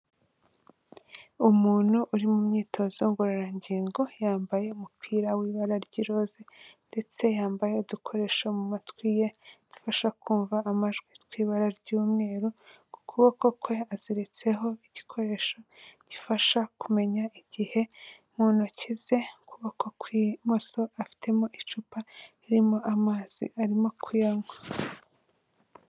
Umuntu uri mu myitozo ngororangingo, yambaye umupira w'ibara ry'iroza, ndetse yambaye udukoresho mu matwi ye, tumufasha kumva amajwi tw'ibara ry'umweru, ku kuboko kwe aziritseho igikoresho gifasha kumenya igihe, mu ntoki ze ku kuboko kw'imoso afitemo icupa ririmo amazi, arimo kuyanywa.